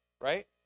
right